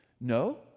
no